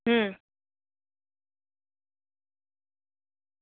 હુમ